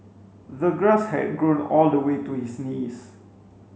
the grass had grown all the way to his knees